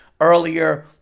earlier